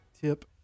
tip